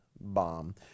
bomb